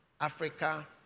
Africa